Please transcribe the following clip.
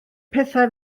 pethau